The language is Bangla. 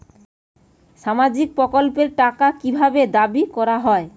সামাজিক প্রকল্পের টাকা কি ভাবে দাবি করা হয়?